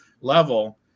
level